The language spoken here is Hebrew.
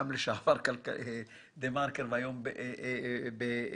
לשעבר ב"דה מרקר", היום ב"כלכליסט",